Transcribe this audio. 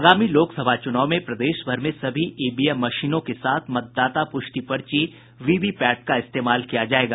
आगामी लोकसभा चुनाव में प्रदेश भर में सभी ईवीएम मशीनों के साथ मतदान प्रष्टि पर्ची वीवीपैट का इस्तेमाल किया जायेगा